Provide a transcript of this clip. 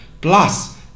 plus